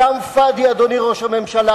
כלאם פאד'י, אדוני ראש הממשלה.